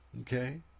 okay